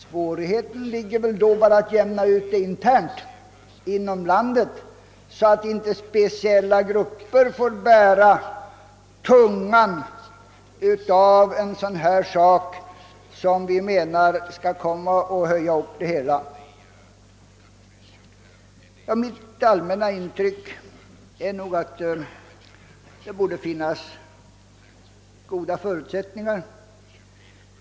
Svårigheten ligger då i att jämna ut det internt inom ifrågavarande land, så att inte speciella grupper får bära tungan. Mitt allmänna intryck är att det borde finnas goda förutsättningar.